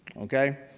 okay?